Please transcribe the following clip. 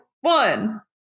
one